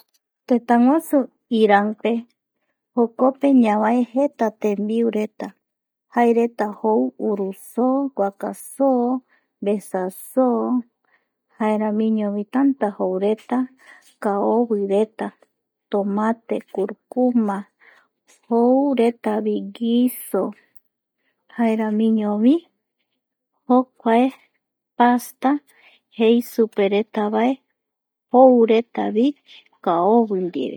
Tetaguasu Iranpe jokope ñavae jeta tembiu jaereta jou uru soo guaka soo vesa soo jaeramiñovi tanta joureta kaovireta tomate kurkuma joureta vi guiso jaeramiñovi jokuae pasta jei superetavae jou retavi kaovi ndive